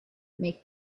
make